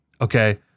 Okay